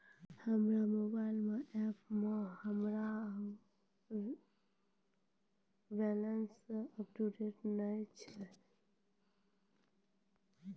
हमरो मोबाइल एपो मे हमरो बैलेंस अपडेट नै छै